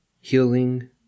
healing